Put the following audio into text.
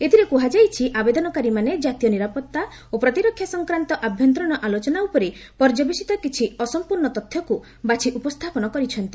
ଏଥିରେ କୁହାଯାଇଛି ଆବେଦନକାରୀମାନେ ଜାତୀୟ ନିରାପତ୍ତା ଓ ପ୍ରତିରକ୍ଷା ସଂକ୍ରାନ୍ତ ଆଭ୍ୟନ୍ତରୀଣ ଆଲୋଚନା ଉପରେ ପର୍ଯ୍ୟବେସିତ କିଛି ଅସମ୍ପୂର୍ଣ୍ଣ ତଥ୍ୟକୁ ବାଛି ଉପସ୍ଥାପନ କରିଛନ୍ତି